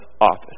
office